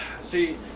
see